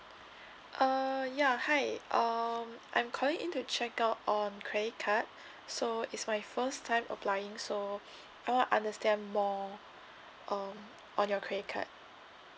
err ya hi um I'm calling in to check out on credit card so is my first time applying so I want to understand more um on your credit card